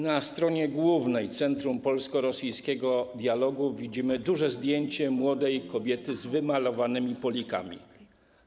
Na stronie głównej Centrum Polsko-Rosyjskiego Dialogu i Porozumienia widzimy duże zdjęcie młodej kobiety z wymalowanymi polikami.